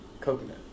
Coconut